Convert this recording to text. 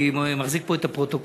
אני גם מחזיק פה את הפרוטוקול.